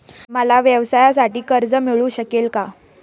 मला व्यवसायासाठी कर्ज मिळू शकेल का?